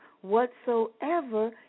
whatsoever